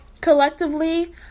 collectively